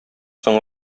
соң